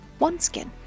OneSkin